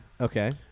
Okay